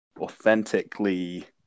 authentically